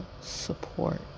support